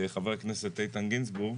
חבר הכנסת איתן גינזבורג,